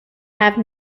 have